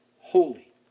holy